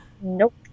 Nope